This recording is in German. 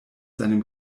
seinem